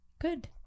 Good